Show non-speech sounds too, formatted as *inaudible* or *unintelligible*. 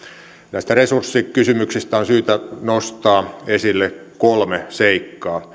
näistä resurssikysymyksistä on syytä nostaa esille kolme seikkaa *unintelligible*